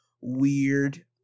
weird